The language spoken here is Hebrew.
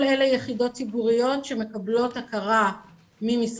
כל אלה יחידות ציבוריות שמפוקחות על